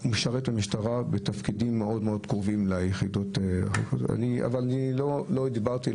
הוא משרת במשטרה בתפקידים מאוד קרובים ליחידות אבל אני לא דיברתי,